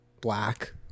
black